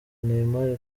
neymar